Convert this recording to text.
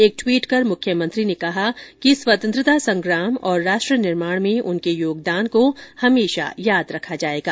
एक ट्वीट कर मुख्यमंत्री कहा कि स्वतंत्रता संग्राम और राष्ट्र निर्माण में उनके योगदान को हमेशा याद रखा जाएगा